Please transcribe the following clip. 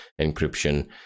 encryption